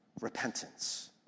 Repentance